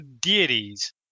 deities